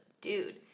dude